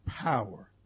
Power